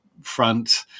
front